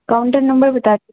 counter number بتا دیں